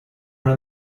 una